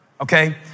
okay